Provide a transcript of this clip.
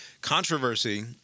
controversy